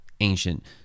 ancient